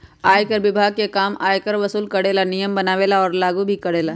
आयकर विभाग के काम आयकर वसूल करे ला नियम बनावे और लागू करेला हई